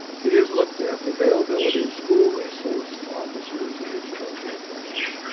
he has looked at the availability of school resource officers in each of those locations.